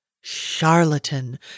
Charlatan